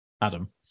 Adam